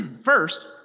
First